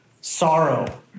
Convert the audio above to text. sorrow